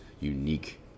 unique